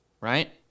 right